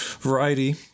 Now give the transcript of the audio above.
Variety